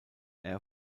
air